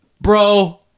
bro